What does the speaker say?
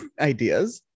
ideas